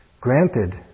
Granted